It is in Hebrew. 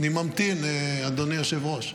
אני ממתין, אדוני היושב-ראש.